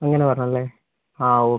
അങ്ങനെ പറഞ്ഞല്ലേ ഓക്കെ